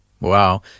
Wow